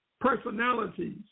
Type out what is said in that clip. personalities